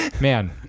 man